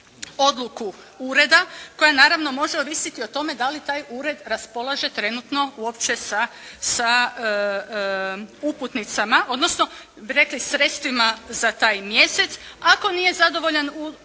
odluku ureda koja naravno može ovisiti o tome da li taj ured raspolaže trenutno uopće sa uputnicama, odnosno bi rekli sredstvima za taj mjesec. Ako nije zadovoljan